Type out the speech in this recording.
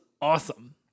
awesome